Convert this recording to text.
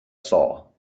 saw